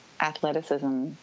athleticism